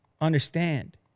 understand